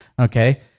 okay